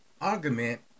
argument